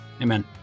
Amen